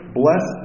bless